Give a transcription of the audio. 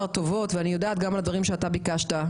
ואני יודעת גם מהדברים שאתה ביקשת,